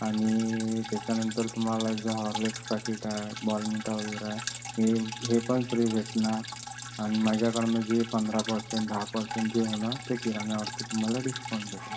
आणि त्याच्यानंतर तुम्हाला जे हॉर्लीक्स पॅकेट आहे बौर्नविटा वगैरे आहे हे हे पण फ्री भेटणार आणि माझ्याकडून जे पंधरा पर्सेंट दहा पर्सेंट जे होणार ते किरण्यावरती तुम्हाला डिस्काऊंट भेटंल